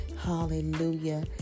Hallelujah